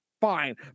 Fine